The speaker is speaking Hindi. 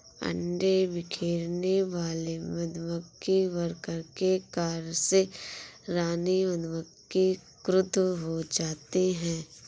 अंडे बिखेरने वाले मधुमक्खी वर्कर के कार्य से रानी मधुमक्खी क्रुद्ध हो जाती है